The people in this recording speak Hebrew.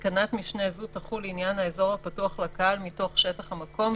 תקנת משנה זו תחול לעניין האזור הפתוח לקהל מתוך שטח המקום,